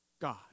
God